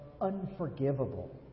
unforgivable